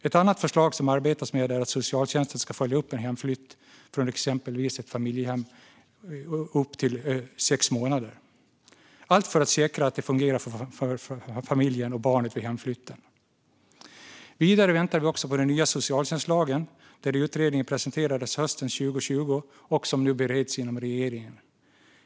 Ett annat förslag som det arbetas med är att socialtjänsten ska följa upp en hemflytt från exempelvis ett familjehem under upp till sex månader, allt för att säkra att det fungerar för familjen och barnet vid hemflytten. Vidare väntar vi på den nya socialtjänstlagen; utredningen presenterades hösten 2020 och bereds nu inom regeringen.